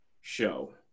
show